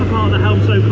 the helm so but